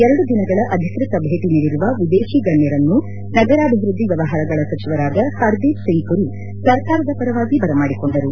ಎರಡು ದಿನಗಳ ಅಧಿಕೃತ ಭೇಟಿ ನೀಡಿರುವ ವಿದೇಶೀ ಗಣ್ಯರನ್ನು ನಗರಾಭಿವೃದ್ದಿ ವ್ಯವಹಾರಗಳ ಸಚಿವರಾದ ಹರ್ದೀಪ್ ಸಿಂಗ್ ಪುರಿ ಸರ್ಕಾರದ ಪರವಾಗಿ ಬರಮಾದಿಕೊಂಡರು